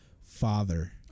Father